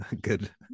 good